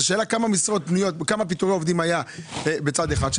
אז השאלה כמה פיטורי עובדים היו בצד אחד של